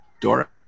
dora